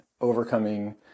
overcoming